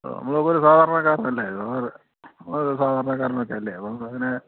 അ നമ്മളപ്പോൾ ഒരു സാധാരണക്കാരനല്ലേ സാധാരണക്കാരനൊക്കെ അല്ലേ അപ്പം അങ്ങനെ